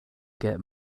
get